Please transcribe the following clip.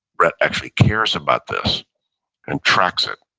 brett, actually cares about this and tracks it.